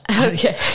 Okay